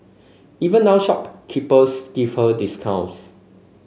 even now shopkeepers give her discounts